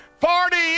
Forty